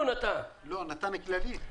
הוא נתן כללי.